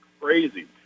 crazy